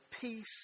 peace